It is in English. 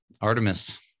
Artemis